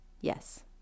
Yes